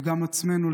וגם עצמנו,